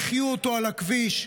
והחיו אותו על הכביש.